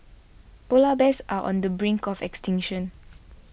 Polar Bears are on the brink of extinction